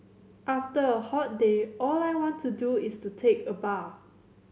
after a hot day all I want to do is to take a bath